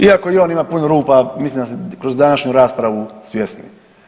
Iako i on ima puno rupa, mislim da ste kroz današnju raspravu svjesni.